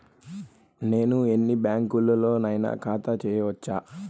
నేను ఎన్ని బ్యాంకులలోనైనా ఖాతా చేయవచ్చా?